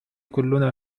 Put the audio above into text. كلنا